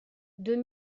deux